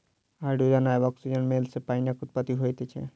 hydrogen आ औक्सीजनक मेल सॅ पाइनक उत्पत्ति होइत छै